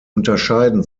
unterscheiden